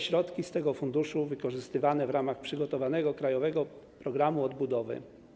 Środki z tego funduszu wykorzystywane będą w ramach przygotowanego krajowego programu odbudowy.